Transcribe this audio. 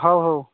ହଉ ହଉ